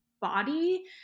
body